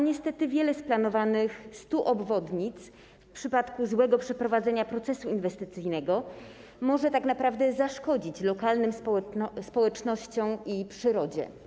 Niestety, wiele z planowanych 100 obwodnic w przypadku złego przeprowadzenia procesu inwestycyjnego może tak naprawdę zaszkodzić lokalnym społecznościom i przyrodzie.